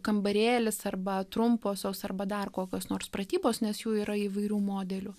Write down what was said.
kambarėlis arba trumposios arba dar kokios nors pratybos nes jų yra įvairių modelių